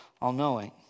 all-knowing